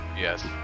yes